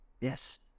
Yes